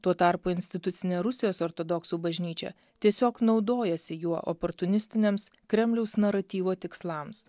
tuo tarpu institucinė rusijos ortodoksų bažnyčia tiesiog naudojasi juo oportunistiniams kremliaus naratyvo tikslams